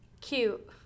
cute